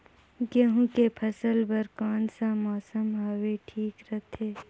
गहूं के फसल बर कौन सा मौसम हवे ठीक रथे?